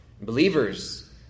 believers